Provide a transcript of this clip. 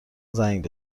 زنگ